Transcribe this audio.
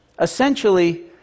Essentially